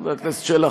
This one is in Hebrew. חבר הכנסת שלח,